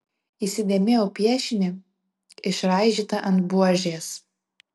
įsidėmėjau piešinį išraižytą ant buožės